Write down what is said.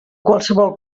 qualsevol